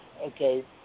Okay